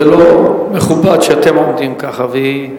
זה לא מכובד שאתם עומדים ככה והיא,